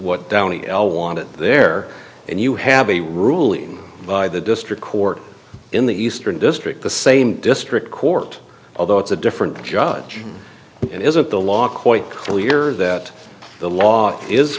what downey l wanted there and you have a ruling by the district court in the eastern district the same district court although it's a different judge and isn't the law quite clear that the law is